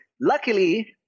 Luckily